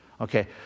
Okay